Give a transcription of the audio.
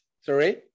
Sorry